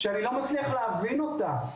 שאני לא מצליח להבין אותה,